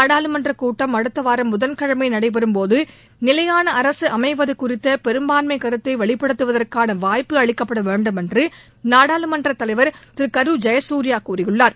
நாடாளுமன்றக் கூட்டம் அடுத்த வாரம் புதன்கிழமை நடைபெறும் போது நிலையான அரசு அமைவது குறித்த பெரும்பான்மைக் கருத்தை வெளிப்படுத்துவதற்கான வாய்ப்பு அளிக்கப்பட வேண்டுமென்று நாடாளுமன்றத் தலைவர் திரு காரு ஜெயசூர்யா கூறியுள்ளார்